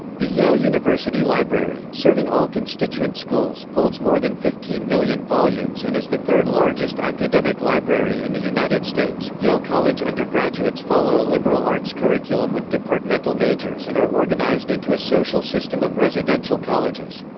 the yale university library, serving all constituent schools, holds more than fifteen million volumes and is the third-largest academic library in the united states yale college undergraduates follow a liberal arts curriculum with departmental majors and are organized into a social system of residential colleges.